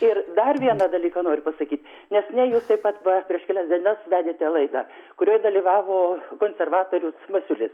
ir dar vieną dalyką noriu pasakyti nes ne jūs taip pat va prieš kelias dienas vedėte laidą kurioje dalyvavo konservatorius masiulis